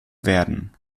werden